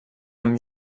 amb